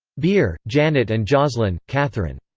beer, janet and joslin, katherine.